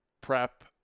prep